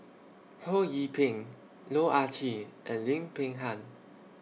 Ho Yee Ping Loh Ah Chee and Lim Peng Han